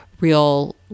real